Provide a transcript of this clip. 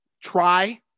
try